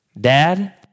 Dad